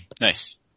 Nice